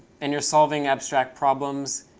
and you're solving abstract problems.